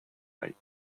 site